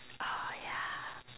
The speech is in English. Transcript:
oh yeah